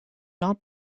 not